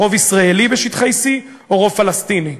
בשטחי C הרוב ישראלי או פלסטיני?